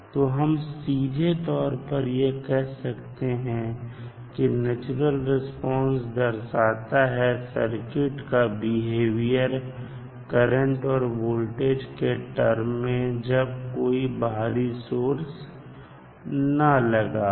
तो हम सीधे तौर पर यह कह सकते हैं कि नेचुरल रिस्पांस दर्शाता है सर्किट का बिहेवियर करंट और वोल्टेज के टर्म में जब कोई भी बाहरी सोर्स ना लगा हो